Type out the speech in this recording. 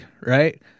right